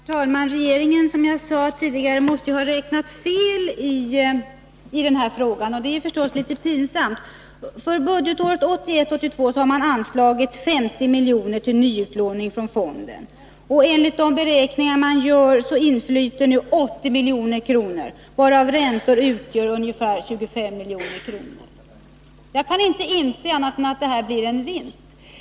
Herr talman! Regeringen måste, som jag sade tidigare, ha räknat fel, och det är naturligtvis litet pinsamt. För budgetåret 1981/82 har man anslagit 50 miljoner till nyutlåning från fonden. Enligt de beräkningar man gör inflyter 80 milj.kr., varav ungefär 25 milj.kr. utgör räntor. Jag kan inte förstå annat än att det blir en vinst.